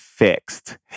fixed